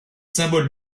symboles